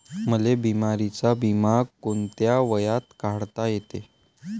मले बिमारीचा बिमा कोंत्या वयात काढता येते?